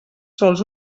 sols